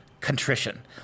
contrition